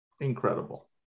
incredible